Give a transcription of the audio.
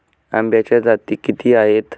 आंब्याच्या जाती किती आहेत?